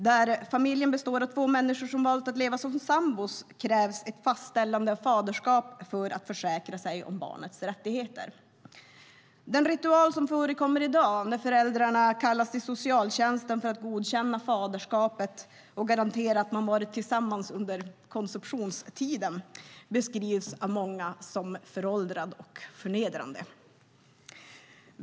Där familjen består av två människor som valt att leva som sambo krävs ett fastställande av faderskap för att försäkra sig om barnets rättigheter. Den ritual som förekommer i dag där föräldrarna kallas till socialtjänsten för att godkänna faderskapet och garantera att man varit tillsammans under konceptionstiden beskrivs av många som föråldrad och förnedrande.